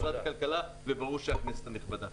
ממשרד הכלכלה ומהכנסת הנכבדה,